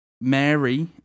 Mary